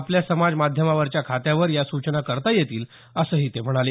आपल्या समाज माध्यमावरच्या खात्यावर या सूचना करता येतील असं ते म्हणाले